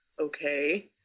okay